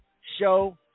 show